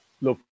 Look